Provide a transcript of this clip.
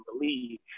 believe